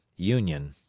union.